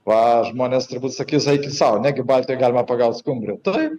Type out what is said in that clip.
va žmonės turbūt sakys eikit sau negi baltijoj galima pagauti skumbrių taip